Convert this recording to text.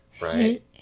Right